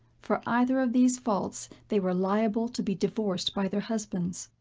for either of these faults they were liable to be divorced by their husbands.